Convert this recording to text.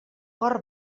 cor